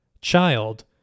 child